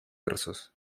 versos